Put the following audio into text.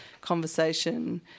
conversation